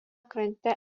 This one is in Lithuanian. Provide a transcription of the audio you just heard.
krante